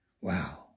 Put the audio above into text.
Wow